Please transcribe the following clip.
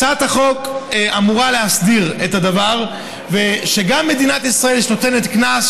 הצעת החוק אמורה להסדיר את הדבר כך שגם כשמדינת ישראל נותנת קנס,